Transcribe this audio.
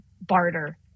barter